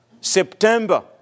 September